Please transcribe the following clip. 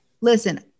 Listen